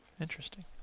Interesting